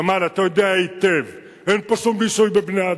ג'מאל, אתה יודע היטב, אין פה שום ניסוי בבני-אדם.